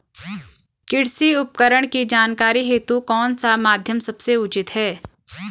कृषि उपकरण की जानकारी हेतु कौन सा माध्यम सबसे उचित है?